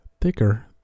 thicker